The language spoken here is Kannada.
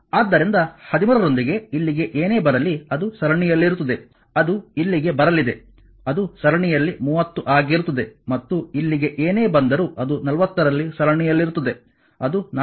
ಆದ್ದರಿಂದ 13 ರೊಂದಿಗೆ ಇಲ್ಲಿಗೆ ಏನೇ ಬರಲಿ ಅದು ಸರಣಿಯಲ್ಲಿರುತ್ತದೆ ಅದು ಇಲ್ಲಿಗೆ ಬರಲಿದೆ ಅದು ಸರಣಿಯಲ್ಲಿ 30 ಆಗಿರುತ್ತದೆ ಮತ್ತು ಇಲ್ಲಿಗೆ ಏನೇ ಬಂದರೂ ಅದು 40 ರಲ್ಲಿ ಸರಣಿಯಲ್ಲಿರುತ್ತದೆ ಅದು 4